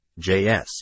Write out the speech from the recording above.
JS